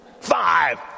five